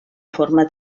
forma